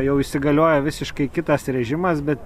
jau įsigaliojo visiškai kitas režimas bet